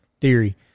theory